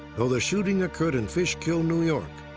though the shooting occurred in fishkill, new york,